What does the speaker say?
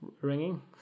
ringing